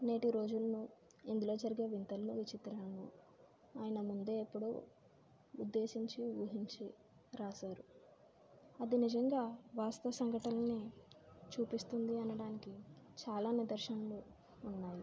నేటి రోజుల్లో ఇందులో జరిగే వింతలను విచిత్రాలను ఆయన ముందే ఎప్పుడో ఉద్దేశించి ఊహించి రాశారు అది నిజంగా వాస్తవ సంఘటనలని చూపిస్తుంది అనటానికి చాలా నిదర్శనలు ఉన్నాయి